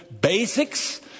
basics